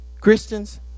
christians